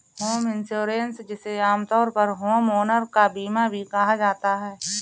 home insurance जिसे आमतौर पर होमओनर का बीमा भी कहा जाता है